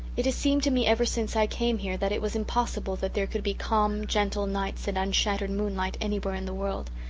it has seemed to me ever since i came here that it was impossible that there could be calm gentle nights and unshattered moonlight anywhere in the world.